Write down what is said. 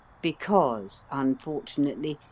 because, unfortunately,